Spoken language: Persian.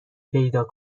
پیدا